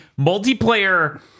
multiplayer